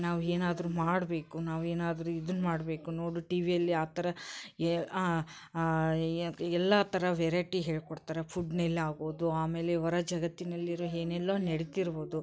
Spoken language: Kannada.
ನಾವು ಏನಾದರೂ ಮಾಡಬೇಕು ನಾವು ಏನಾದರೂ ಇದನ್ನು ಮಾಡಬೇಕು ನೋಡು ಟಿವಿಯಲ್ಲಿ ಆ ಥರ ಎಲ್ಲ ಥರ ವೆರೈಟಿ ಹೇಳ್ಕೊಡ್ತಾರೆ ಫುಡ್ನೆಲ್ಲ ಆಗ್ಬೋದು ಆಮೇಲೆ ಹೊರ ಜಗತ್ತಿನಲ್ಲಿರುವ ಏನೆಲ್ಲ ನಡೀತಿರ್ಬೋದು